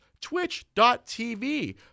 twitch.tv